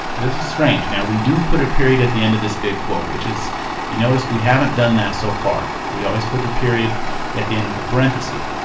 this is strange. now we do put a period at the end of this big quote which is you notice we haven't done that so far. we always put the period at the end of the parenthese.